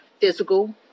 physical